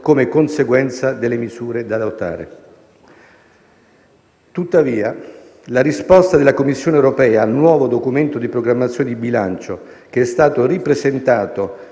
come conseguenza delle misure da adottare. Tuttavia, la risposta della Commissione europea al nuovo Documento di programmazione di bilancio, che è stato ripresentato